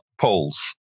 polls